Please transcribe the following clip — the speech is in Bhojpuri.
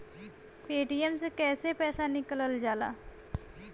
पेटीएम से कैसे पैसा निकलल जाला?